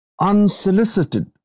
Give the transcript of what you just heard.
Unsolicited